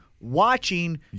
watching